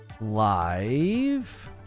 live